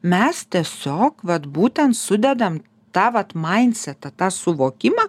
mes tiesiog vat būtent sudedam tą vat maindsetą tą suvokimą